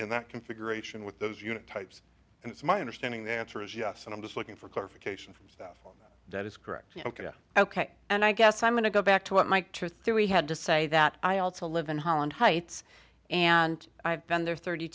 in that configuration with those unit types and it's my understanding the answer is yes and i'm just looking for clarification from stuff that is correct ok ok and i guess i'm going to go back to what my trip through we had to say that i also live in holland heights and i've been there thirty